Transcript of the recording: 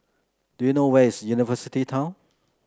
do you know where is University Town